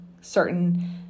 certain